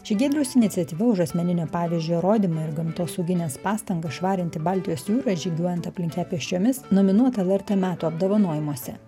ši giedriaus iniciatyva už asmeninio pavyzdžio rodymą ir gamtosauginės pastangas švarinti baltijos jūrą žygiuojant aplink ją pėsčiomis nominuota lrt metų apdovanojimuose